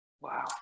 Wow